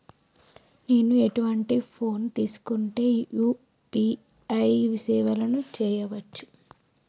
నేను ఎటువంటి ఫోన్ తీసుకుంటే యూ.పీ.ఐ సేవలు చేయవచ్చు?